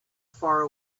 far